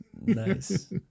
nice